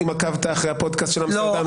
אם עקבת אחרי הפוד-קאסט של אמסטרדמסקי.